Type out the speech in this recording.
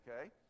okay